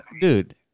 dude